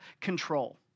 control